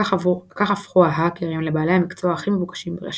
כך הפכו ההאקרים לבעלי המקצוע הכי מבוקשים ברשת,